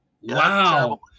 Wow